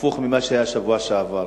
הפוך ממה שהיה בשבוע שעבר.